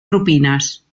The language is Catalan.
propines